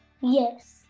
Yes